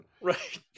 Right